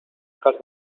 cas